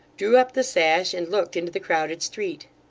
drew up the sash, and looked into the crowded street.